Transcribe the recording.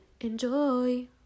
enjoy